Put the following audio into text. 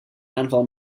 aanval